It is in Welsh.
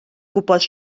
gwybod